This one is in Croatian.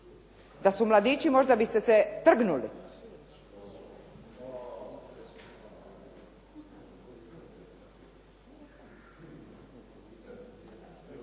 Da su mladići možda biste se trgnuli.